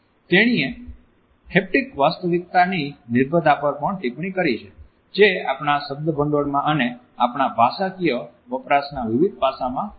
તેણીએ હેપ્ટીક વાસ્તવિકતાની નિર્ભરતા પર પણ ટિપ્પણી કરી છે જે આપણા શબ્દભંડોળમાં અને આપણા ભાષાકીય વપરાશના વિવિધ પાસા માં પ્રવેશ કરે છે